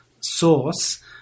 source